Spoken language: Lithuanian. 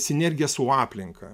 sinergija su aplinka